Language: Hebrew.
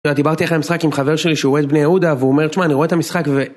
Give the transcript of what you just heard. יאללה, דיברתי אחרי המשחק עם חבר שלי שהוא אוהד בני יהודה והוא אומר, תשמע, אני רואה את המשחק ו...